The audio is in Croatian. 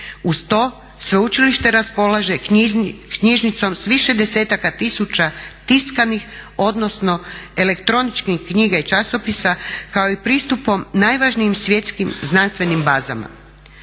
Uz to sveučilište raspolaže knjižnicom s više desetaka tisuća tiskanih, odnosno elektroničkih knjiga i časopisa kao i pristupom najvažnijim svjetskim znanstvenim bazama.